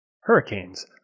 hurricanes